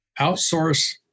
outsource